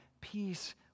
peace